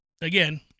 Again